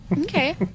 Okay